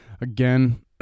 Again